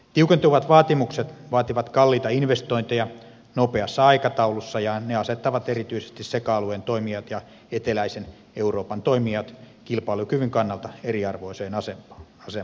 tiukentuvat vaatimukset vaativat kalliita investointeja nopeassa aikataulussa ja ne asettavat erityisesti seca alueen toimijat ja eteläisen euroopan toimijat kilpailukyvyn kannalta eriarvoiseen asemaan